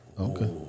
Okay